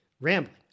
rambling